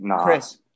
Chris